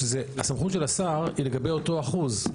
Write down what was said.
הסמכות של השר היא לגבי אותו אחוז,